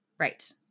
Right